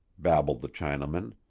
babbled the chinaman,